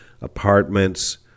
apartments